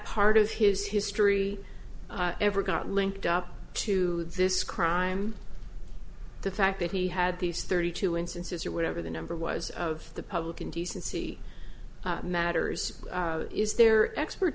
part of his history ever got linked up to this crime the fact that he had these thirty two instances or whatever the number was of the public indecency matters is their expert